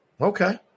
Okay